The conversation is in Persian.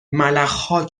ملخها